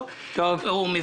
אבל מה אני יכול לעשות.